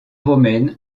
romaines